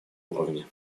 уровне